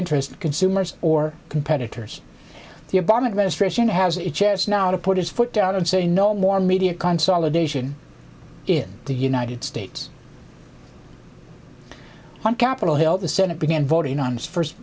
interest consumers or competitors the obama administration has a chance now to put its foot down and say no more media consolidation in the united states on capitol hill the senate began voting on its first